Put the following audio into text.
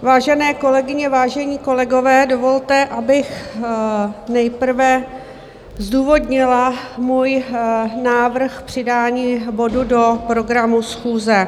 Vážené kolegyně, vážení kolegové, dovolte, abych nejprve zdůvodnila svůj návrh přidání bodu do programu schůze.